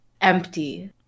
empty